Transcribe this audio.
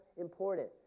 important